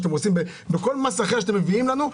זה מה שאתם עושים בכל מס אחר שאתם מביאים לנו.